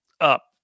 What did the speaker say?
up